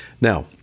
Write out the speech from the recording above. Now